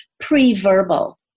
pre-verbal